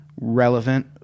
relevant